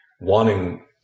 wanting